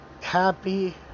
Happy